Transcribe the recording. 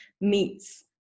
meets